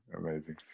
amazing